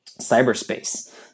cyberspace